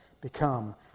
become